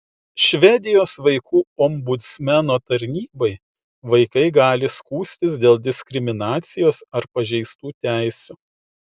švedijos vaikų ombudsmeno tarnybai vaikai gali skųstis dėl diskriminacijos ar pažeistų teisių